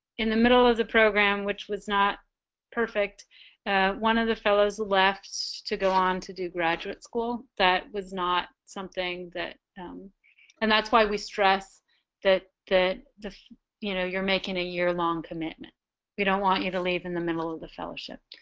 in the middle of the program which was not perfect one of the fellows left to go on to do graduate school that was not something that um and that's why we stress that that the you know you're making a year-long commitment we don't want you to leave in the middle of the fellowship